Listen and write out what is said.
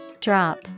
Drop